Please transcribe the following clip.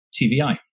TVI